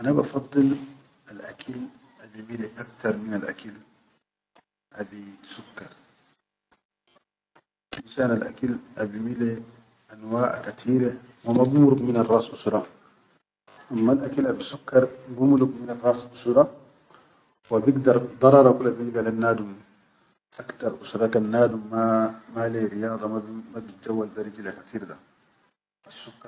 Ana bafaddil al akil abi mile aktar miral akil abi sukkar, finshan al akil abi mile anwaʼa aktar, wa ma bimuruk minarres usura, ammal akil abi sukkar bimunk minarras usura, wa bigdar darara Kula bilga len nadum aktar usura kan nadum ma leyya riyada ma bijjawwal be rijila katir da.